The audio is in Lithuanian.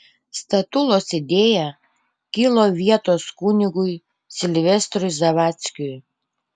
statulos idėja kilo vietos kunigui silvestrui zavadzkiui